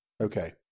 Okay